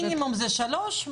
מינימום ברשימה שלושה שמות.